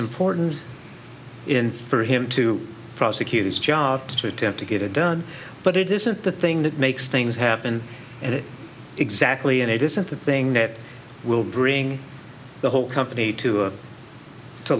important in for him to prosecutors charge to attempt to get it done but it isn't the thing that makes things happen and exactly and it isn't the thing that will bring the whole company to